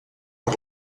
per